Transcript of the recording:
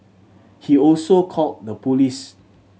he also called the police